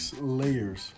layers